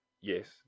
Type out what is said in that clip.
Yes